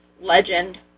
Legend